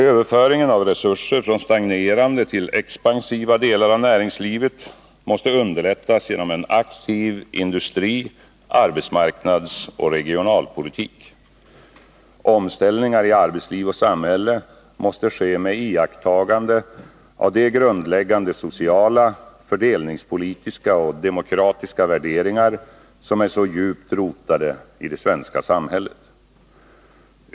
Överföringen av resurser från stagnerande till expansiva delar av näringslivet måste underlättas genom en aktiv industri-, arbetsmarknadsoch regionalpolitik. Omställningar i arbetsliv och samhälle måste ske med iakttagande av de grundläggande sociala, fördelningspolitiska och demokratiska värderingar som är så djupt rotade i det svenska samhället.